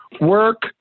work